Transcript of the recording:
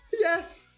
yes